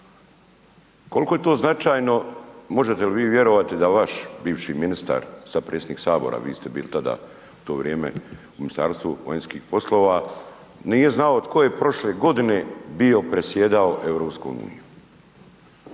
Kolko je to značajno, možete li vi vjerovati da vaš bivši ministar, sad predsjednik HS, vi ste bili tada, u to vrijeme u Ministarstvu vanjskih poslova, nije znao tko je prošle godine bio predsjedao EU.